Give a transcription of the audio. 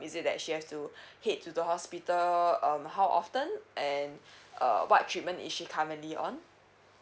is it that she has to head to the hospital um how often and uh what treatment is she currently on